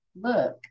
Look